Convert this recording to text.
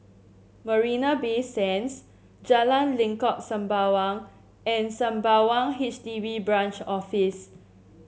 Marina Bay Sands Jalan Lengkok Sembawang and Sembawang H D B Branch Office